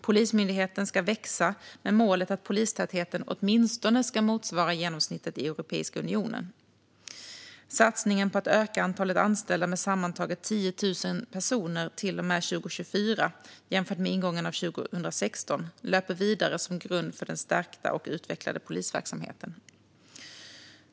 Polismyndigheten ska växa med målet att polistätheten åtminstone ska motsvara genomsnittet i Europeiska unionen. Satsningen på att öka antalet anställda med sammantaget 10 000 personer till och med 2024 jämfört med ingången av 2016 löper vidare som grund för den stärkta och utvecklade polisverksamheten.